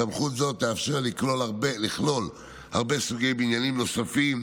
סמכות זו תאפשר לכלול הרבה סוגי בניינים נוספים,